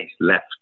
left